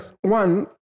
one